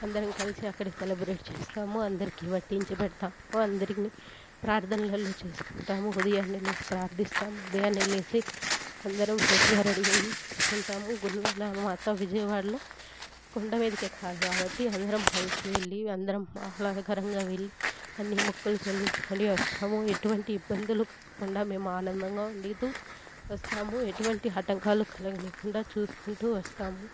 అందరం కలిసి అక్కడ సెలబ్రేట్ చేస్తాము అందరికీ వడ్డించి పెడతాము అందరు ప్రార్ధనలు చేసుకుంటాం ఉదయానే లేచి ప్రార్థిస్తాము ఉదయాన్నే లేచి అందరం ఫ్రెష్గా రెడీ అయ్యి చూసుకుంటాము గుణ గల మాత విజయవాడలో కొండమీదకి ఎక్కాలి కాబట్టి అందరం కలిసి వెళ్ళి అందరం ఆహ్లాదకరంగా వెళ్ళి అన్నీ మొక్కులు చెల్లించుకొని వస్తాము ఎటువంటి ఇబ్బందులు కలగకుండా మేము ఆనందంగా ఉండివస్తాము ఎటువంటి ఆటంకాలు కలగనివ్వకుండా చూసుకుంటూ వస్తాము